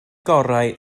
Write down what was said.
gorau